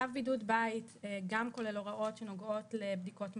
צו בידוד בית גם כולל הוראות שנוגעות לבדיקות מהירות,